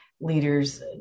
leaders